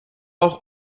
auch